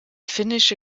finnische